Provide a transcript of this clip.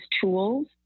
tools